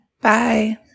Bye